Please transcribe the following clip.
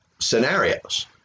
scenarios